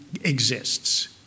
exists